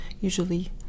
usually